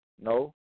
no